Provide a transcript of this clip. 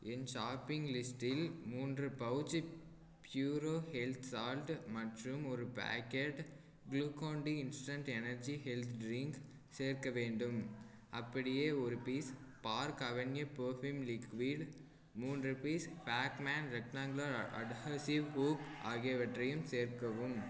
என் shopping லிஸ்ட்டில் மூன்று pouch Puro health salt மற்றும் ஒரு packet Glucon-D instant energy health drink சேர்க்க வேண்டும் அப்படியே ஒரு piece Park Avenue perfume liquid மூன்று piece Fackelmann rectangular adhesive hook ஆகியவற்றையும் சேர்க்கவும்